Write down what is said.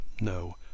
no